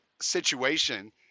situation